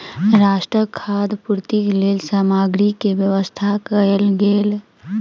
राष्ट्रक खाद्य पूर्तिक लेल सामग्री के व्यवस्था कयल गेल